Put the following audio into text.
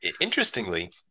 Interestingly